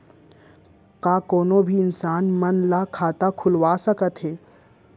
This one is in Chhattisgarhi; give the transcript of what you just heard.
का कोनो भी इंसान मन ला खाता खुलवा सकथे?